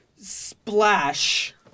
splash